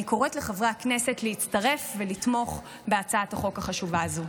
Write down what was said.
אני קוראת לחברי הכנסת להצטרף ולתמוך בהצעת החוק החשובה הזו.